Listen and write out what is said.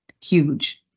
Huge